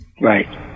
Right